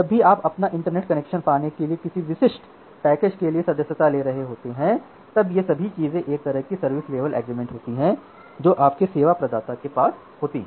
जब भी आप अपना इंटरनेट कनेक्शन पाने के लिए किसी विशिष्ट पैकेज के लिए सदस्यता ले रहे होते हैं तब ये सभी चीजें एक तरह की सर्विस लेवल एग्रीमेंट होती हैं जो आपके सेवा प्रदाता के पास होती हैं